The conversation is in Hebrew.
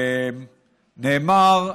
נאמר,